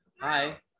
hi